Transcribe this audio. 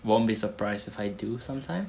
won't be surprised if I do some time